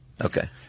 Okay